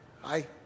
Hi